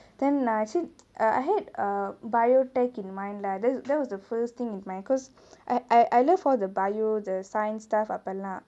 then err actually I had err biotechnology in mind lah that that was the first thing in mind because I I I love all the biology the science stuff அப்பேலா:appelaa lah